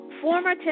former